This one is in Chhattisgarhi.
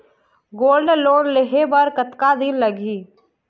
गोल्ड लोन लेहे बर कतका दिन लगही?